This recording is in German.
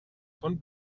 von